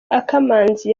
akamanzi